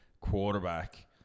quarterback